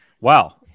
wow